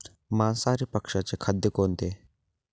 मांसाहारी पक्ष्याचे खाद्य कोणते?